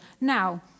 Now